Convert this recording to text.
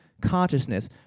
consciousness